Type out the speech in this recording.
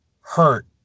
hurt